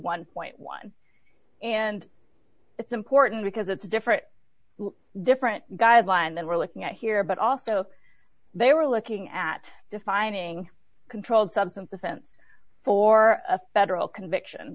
one point one and it's important because it's different to different guideline that we're looking at here but also they were looking at defining a controlled substance offense for a federal conviction